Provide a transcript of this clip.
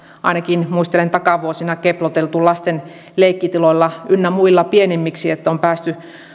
ainakin muistelen takavuosina keploteltu lasten leikkitiloilla ynnä muilla pienemmiksi että on päästy